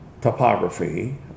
topography